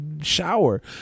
shower